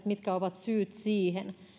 mitkä ovat syyt siihen